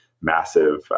massive